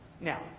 Now